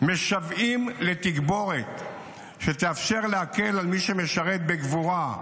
משוועים לתגבורת שתאפשר להקל על מי שמשרת בגבורה,